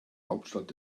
hauptstadt